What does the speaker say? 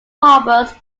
harbours